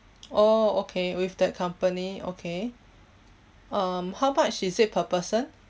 oh okay with that company okay um how much is it per person